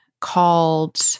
called